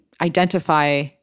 identify